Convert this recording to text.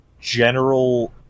general